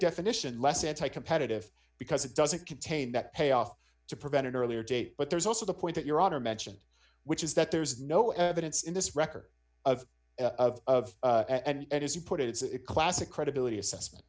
definition less anti competitive because it doesn't contain that payoff to prevent an earlier date but there's also the point that your honor mentioned which is that there is no no evidence in this record of of and as you put it it's a classic credibility assessment